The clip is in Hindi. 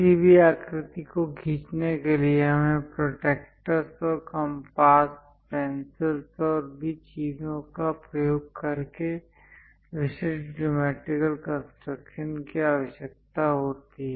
किसी भी आकृति को खींचने के लिए हमें प्रोट्रैक्टर कम्पास पेंसिल और भी चीजों का प्रयोग करके विशिष्ट ज्योमैट्रिकल कंस्ट्रक्शन की आवश्यकता होती है